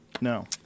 No